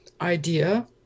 idea